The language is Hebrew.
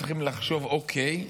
צריכים לחשוב: אוקיי,